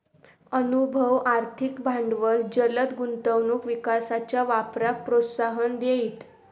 अनुभव, आर्थिक भांडवल जलद गुंतवणूक विकासाच्या वापराक प्रोत्साहन देईत